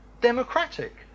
democratic